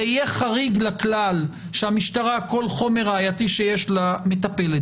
זה יהיה חריג לכלל שהמשטרה מטפלת בכל חומר ראייתי שיש לה,